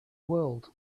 world